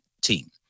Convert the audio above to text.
team